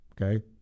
Okay